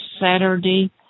Saturday